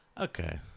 Okay